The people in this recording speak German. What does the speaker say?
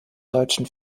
deutschen